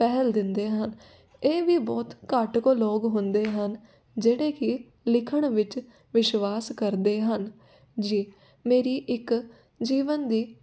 ਪਹਿਲ ਦਿੰਦੇ ਹਨ ਇਹ ਵੀ ਬਹੁਤ ਘੱਟ ਕੁ ਲੋਕ ਹੁੰਦੇ ਹਨ ਜਿਹੜੇ ਕਿ ਲਿਖਣ ਵਿੱਚ ਵਿਸ਼ਵਾਸ ਕਰਦੇ ਹਨ ਜੀ ਮੇਰੀ ਇੱਕ ਜੀਵਨ ਦੀ